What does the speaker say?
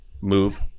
move